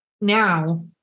now